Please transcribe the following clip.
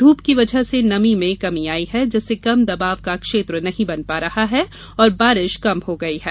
धूप की वजह से नमी में कमी आयी है जिससे कम दबाब का क्षेत्र नहीं बन पा रहा है और बारिश कम हो गई है